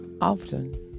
Often